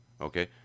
Okay